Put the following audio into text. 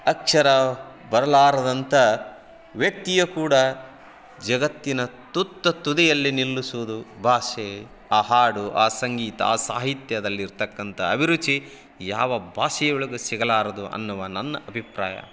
ಅಕ್ಷರ ಬರಲಾರದಂಥ ವ್ಯಕ್ತಿಯ ಕೂಡ ಜಗತ್ತಿನ ತುತ್ತ ತುದಿಯಲ್ಲಿ ನಿಲ್ಲಿಸೂದು ಭಾಷೆ ಆ ಹಾಡು ಆ ಸಂಗೀತ ಆ ಸಾಹಿತ್ಯದಲ್ಲಿ ಇರತಕ್ಕಂಥ ಅಭಿರುಚಿ ಯಾವ ಭಾಷೆಯೊಳಗೂ ಸಿಗಲಾರದು ಅನ್ನುವ ನನ್ನ ಅಭಿಪ್ರಾಯ